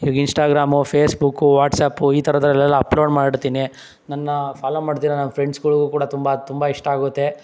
ಈಗ Instagram Facebook WhatsApp ಈ ಥರದರಲ್ಲೆಲ್ಲ ಅಪ್ಲೋಡ್ ಮಾಡ್ತೀನಿ ನನ್ನ ಫಾಲೋ ಮಾಡ್ತಿರೋ ನನ್ನ ಫ್ರೆಂಡ್ಸ್ಗಳುಗೂ ಕೂಡ ತುಂಬ ತುಂಬ ಇಷ್ಟ ಆಗುತ್ತೆ